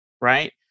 right